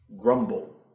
grumble